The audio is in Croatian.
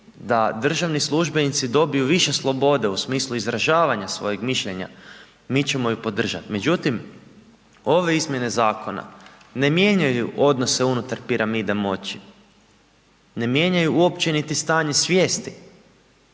da državni službenici dobiju više slobode u smislu izražavanja svojeg mišljenja mi ćemo ju podržat. Međutim, ove izmjene zakona ne mijenjaju odnose unutar piramide moći, ne mijenjaju uopće niti stanje svijest,